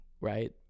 right